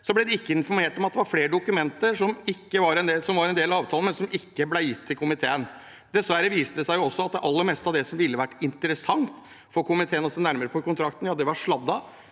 ble det ikke informert om at det var flere dokumenter som var en del av avtalen, men som ikke ble gitt til komiteen. Dessverre viste det seg at det aller meste av det som ville vært interessant for komiteen å se nærmere på i kontrakten, var sladdet.